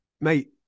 Mate